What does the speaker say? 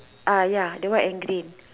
uh ya the one in green